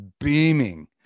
beaming